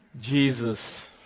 Jesus